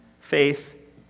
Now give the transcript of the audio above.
faith